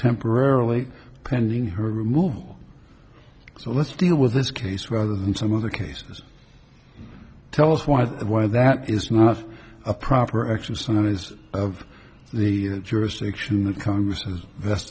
temporarily pending her removal so let's deal with this case rather than some other cases tell us why why that is not a proper exercise of the jurisdiction of congress and vest